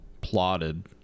plotted